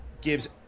gives